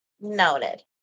Noted